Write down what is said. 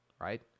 right